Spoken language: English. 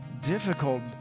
difficult